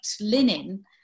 linen